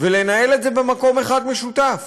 ולנהל את זה במקום אחד משותף.